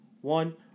one